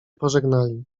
pożegnali